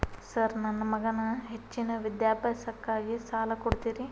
Sir ನನ್ನ ಮಗನ ಹೆಚ್ಚಿನ ವಿದ್ಯಾಭ್ಯಾಸಕ್ಕಾಗಿ ಸಾಲ ಕೊಡ್ತಿರಿ?